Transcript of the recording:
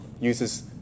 uses